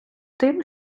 тим